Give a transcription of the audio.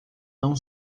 não